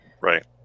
Right